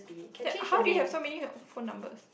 that how do you have so many phone numbers